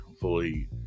fully